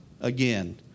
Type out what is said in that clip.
again